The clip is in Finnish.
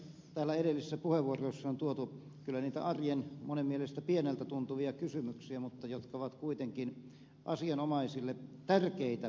täällä edellisissä puheenvuoroissa on tuotu kyllä niitä arjen monen mielestä pieneltä tuntuvia kysymyksiä jotka ovat kuitenkin asianomaisille tärkeitä kysymyksiä